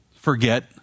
Forget